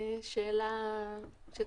שאלה שצריך לשאול אותם.